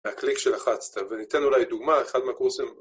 והקליק שלחצת, וניתן אולי דוגמה, אחד מהקורסים